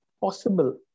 possible